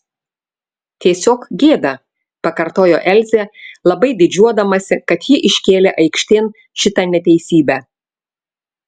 tiesiog gėda pakartojo elzė labai didžiuodamasi kad ji iškėlė aikštėn šitą neteisybę